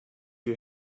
you